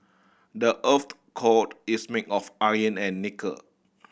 the earth's core is made of iron and nickel